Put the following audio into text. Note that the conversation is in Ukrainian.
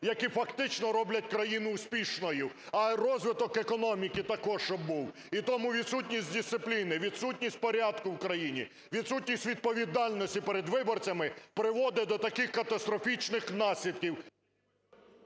які фактично роблять країну успішною, а розвиток економіки також, щоб був. І тому відсутність дисципліни, відсутність порядку в країні, відсутність відповідальності перед виборцями приводить до таких катастрофічних наслідків.